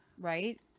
Right